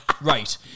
Right